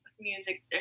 music